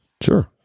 Sure